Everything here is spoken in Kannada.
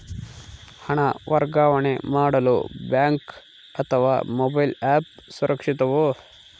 ಹಣ ವರ್ಗಾವಣೆ ಮಾಡಲು ಬ್ಯಾಂಕ್ ಅಥವಾ ಮೋಬೈಲ್ ಆ್ಯಪ್ ಸುರಕ್ಷಿತವೋ?